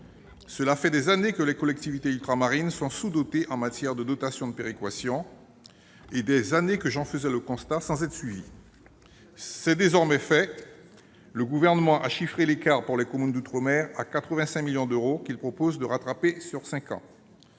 Cela fait des années que les collectivités ultramarines sont sous-dotées en matière de péréquation, et des années que j'en fais le constat sans être entendu. Il en est désormais autrement. Le Gouvernement a chiffré l'écart, pour les communes d'outre-mer, à 85 millions d'euros, qu'il propose de rattraper sur cinq ans.